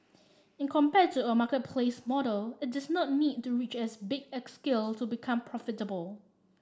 and compared to a marketplace model it does not need to reach as big a scale to become profitable